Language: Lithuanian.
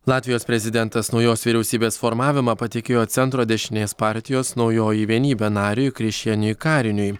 latvijos prezidentas naujos vyriausybės formavimą patikėjo centro dešinės partijos naujoji vienybė nariui krišjaniui kariniui